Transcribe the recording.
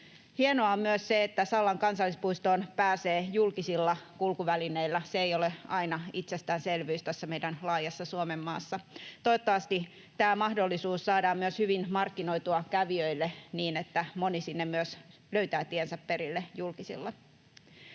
Hienoa on myös se, että Sallan kansallispuistoon pääsee julkisilla kulkuvälineillä — se ei ole aina itsestäänselvyys tässä meidän laajassa Suomenmaassa. Toivottavasti tämä mahdollisuus saadaan myös hyvin markkinoitua kävijöille, niin että moni sinne myös löytää tiensä perille julkisilla.